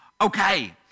Okay